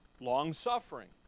Long-suffering